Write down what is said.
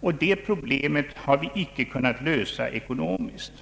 och det problemet har vi icke kunnat lösa ekonomiskt.